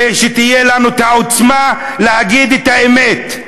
ושתהיה לנו העוצמה להגיד את האמת,